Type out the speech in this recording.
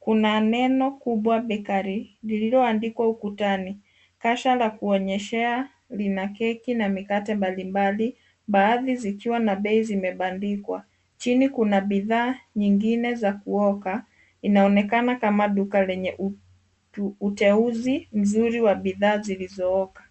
kune neno kubwa Bakery lililoandikwa ukutani. Kasha la kuonyeshea lina keki na mikate mbalimbali baadhi zikiwa na bei zimebandikwa. Chini kuna bidhaa nyingine za kuoka. Inaonekana kama duka lenye utu- uteuzi mzuri wa bidhaa zilizooka.